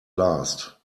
last